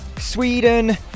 Sweden